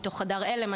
מתוך חדר הלם.